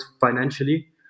financially